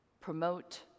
Promote